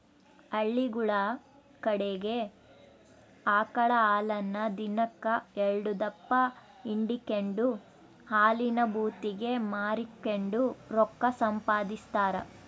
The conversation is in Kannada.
ಹಳ್ಳಿಗುಳ ಕಡಿಗೆ ಆಕಳ ಹಾಲನ್ನ ದಿನಕ್ ಎಲ್ಡುದಪ್ಪ ಹಿಂಡಿಕೆಂಡು ಹಾಲಿನ ಭೂತಿಗೆ ಮಾರಿಕೆಂಡು ರೊಕ್ಕ ಸಂಪಾದಿಸ್ತಾರ